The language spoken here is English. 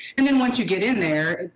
and then once you get in there,